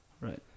right